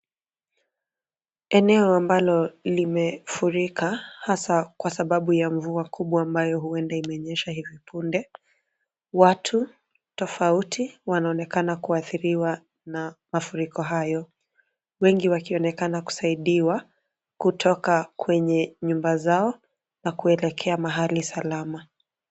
Eneo ambalo limefurika, hasa kwa sababu ya mvua kubwa ambayo huenda imenyesha hivi punde. Watu tofauti wanaonekana kuathiriwa na mafuriko hayo. Wengi wanaonekana kusaidiwa, kutoka kwenye nyumba zao na kuelekea mahali salama.